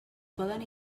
poden